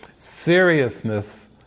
Seriousness